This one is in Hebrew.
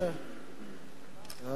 תודה,